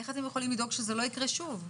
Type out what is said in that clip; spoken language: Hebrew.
איך אתם יכולים לדאוג שזה לא יקרה שוב?